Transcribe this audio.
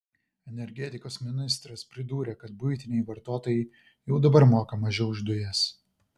energetikos ministras pridūrė kad buitiniai vartotojai jau dabar moka mažiau už dujas